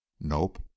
nope